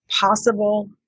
possible